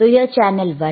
तो यह चैनल 1 है